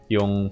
Yung